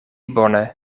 bone